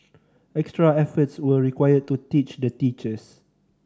extra efforts were required to teach the teachers